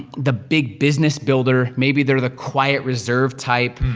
the big business builder. maybe they're the quiet, reserved type.